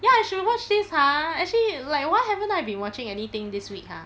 ya I should watch this !huh! actually like why haven't I been watching anything this week !huh!